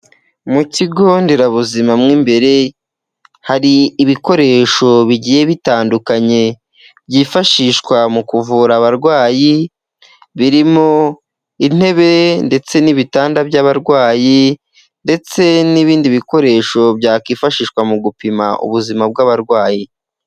mu kigo nderabuzima mo imbere hari ibikoresho bigiye bitandukanye byifashishwa mu kuvura abarwayi birimo intebe, ndetse n'ibitanda by'abarwayi, ndetse n'ibindi bikoresho byakwifashishwa mu gupima ubuzima bw'abarwayi.